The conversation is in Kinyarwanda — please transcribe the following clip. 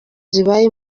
zibaye